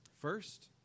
First